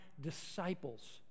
disciples